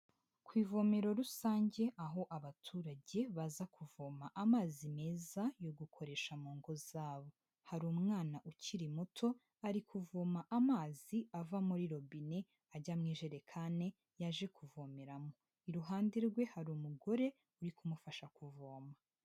Ku ivomero rusange, aho abaturage baza kuvoma amazi meza yo gukoresha mu ngo zabo. Hari umwana ukiri muto, ari kuvoma amazi ava muri robine ajya mu ijerekani yaje kuvomeramo. Iruhande rwe hari umugore, uri kumufasha kuvoma.